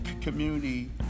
community